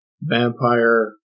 vampire